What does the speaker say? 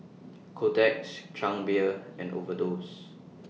Kotex Chang Beer and Overdose